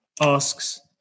asks